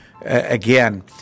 again